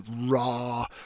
raw